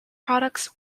products